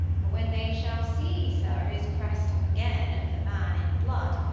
but when they shall see, sir, his crest up again, and the man in blood,